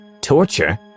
Torture